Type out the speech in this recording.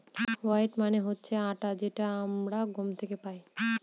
wheat মানে হচ্ছে আটা যেটা আমরা গম থেকে পাই